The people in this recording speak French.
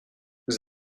vous